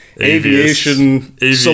Aviation